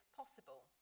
possible